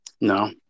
No